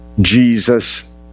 Jesus